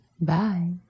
bye